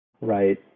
right